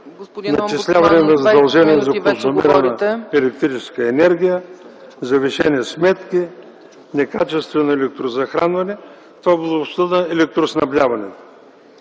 Надчисляване на задължения за консумирана електрическа енергия, завишени сметки, некачествено електрозахранване в областта на електроснабдяването.